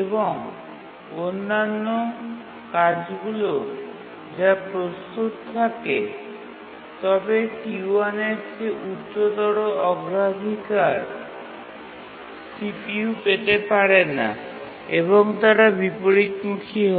এবং অন্যান্য কাজগুলি যা প্রস্তুত থাকে তবে T1 এর চেয়ে উচ্চতর অগ্রাধিকার CPU পেতে পারে না এবং তারা বিপরীতমুখী হয়